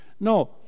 No